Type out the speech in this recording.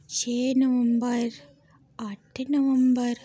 छे नंवबर अट्ठ नंवबर